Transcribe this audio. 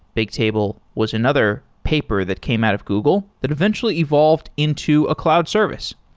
bigtable was another paper that came out of google that eventually evolved into a cloud service.